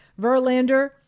Verlander